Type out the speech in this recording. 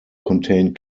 contain